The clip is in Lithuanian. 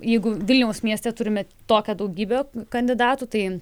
jeigu vilniaus mieste turime tokią daugybę kandidatų tai